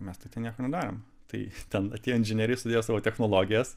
mes tai ten nieko nedarėm tai atėjo ten inžinieriai sudėjo savo technologijas